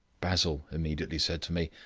basil immediately said to me,